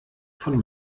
von